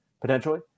potentially